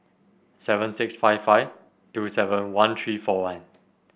seven six five five two seven one three four one